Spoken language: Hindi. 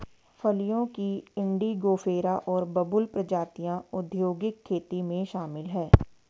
फलियों की इंडिगोफेरा और बबूल प्रजातियां औद्योगिक खेती में शामिल हैं